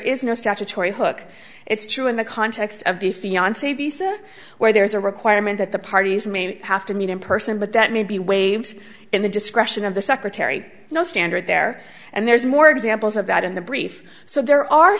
is no statutory hook it's true in the context of the fiance visa where there is a requirement that the parties may have to meet in person but that may be waived in the discretion of the secretary no standard there and there's more examples of that in the brief so there are